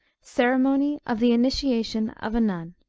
ceremony of the initiation of a nun.